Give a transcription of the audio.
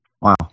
Wow